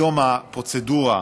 היום הפרוצדורה,